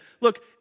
look